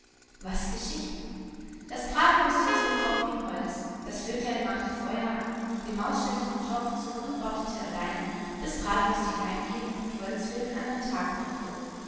was geschicht das bratwürstchen zog fort gen holz das vöglein machte feuer an die maus stellte den topf zu und erwarteten allein bis bratwürstchen heim käme und holz für den andern tag brächte